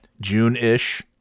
June-ish